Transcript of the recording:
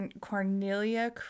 Cornelia